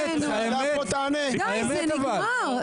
למה אתה בורח?